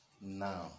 now